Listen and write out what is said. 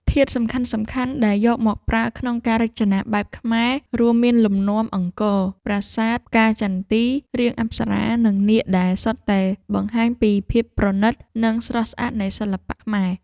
ធាតុសំខាន់ៗដែលយកមកប្រើក្នុងការរចនាបែបខ្មែរ រួមមានលំនាំអង្គរ ប្រាសាទ ផ្កាចន្ទី រាងអប្សរា និងនាគ ដែលសុទ្ធតែបង្ហាញពីភាពប្រណីត និងស្រស់ស្អាតនៃសិល្បៈខ្មែរ។